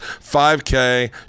5k